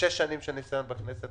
שש שנים של ניסיון בכנסת,